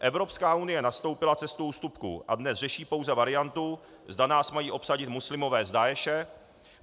Evropská unie nastoupila cestu ústupků a dnes řeší pouze variantu, zda nás mají obsadit muslimové z Daeše